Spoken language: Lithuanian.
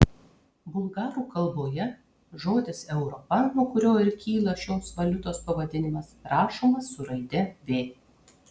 bulgarų kalboje žodis europa nuo kurio ir kyla šios valiutos pavadinimas rašomas su raide v